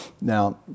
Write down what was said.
Now